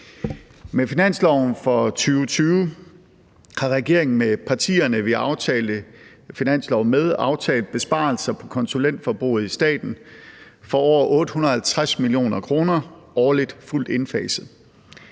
Med finansloven for 2020 har regeringen med partierne, som vi har aftalt finansloven med, aftalt besparelser på konsulentforbruget i staten for over 850 mio. kr. årligt fuldt indfaset.